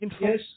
yes